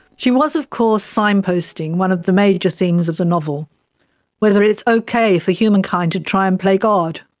she was of course signposting one of the major themes of the novel whether it's okay for humankind to try and play god.